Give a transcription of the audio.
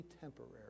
temporary